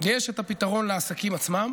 יש את הפתרון לעסקים עצמם